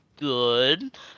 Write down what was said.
good